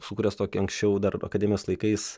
sukūręs tokį anksčiau dar akademijos laikais